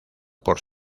por